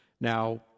Now